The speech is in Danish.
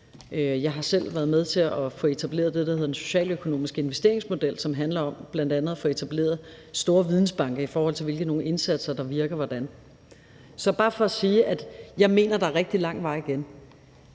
Jeg har selv været med til at få etableret det, der hedder den socialøkonomiske investeringsmodel, som handler om bl.a. at få etableret store vidensbanker, i forhold til hvilke indsatser der virker hvordan. Så det er bare for at sige, at jeg mener, der er rigtig lang vej igen.